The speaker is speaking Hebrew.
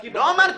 --- לא.